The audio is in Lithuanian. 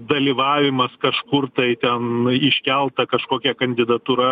dalyvavimas kažkur tai ten iškelta kažkokia kandidatūra